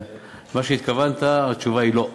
מה שהתכוונת, התשובה היא לא.